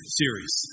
series